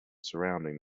surrounding